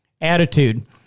Attitude